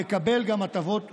יקבל הטבות נוספות.